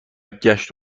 گشت